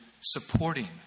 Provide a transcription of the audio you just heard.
supporting